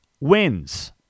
wins